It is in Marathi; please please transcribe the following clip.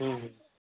हं हं